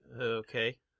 Okay